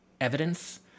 evidence